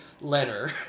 letter